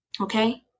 Okay